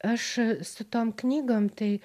aš su tom knygom tai